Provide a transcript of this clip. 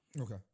Okay